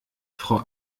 frau